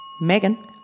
Megan